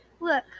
Look